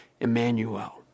Emmanuel